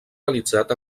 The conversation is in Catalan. realitzat